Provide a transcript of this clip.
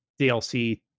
dlc